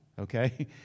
okay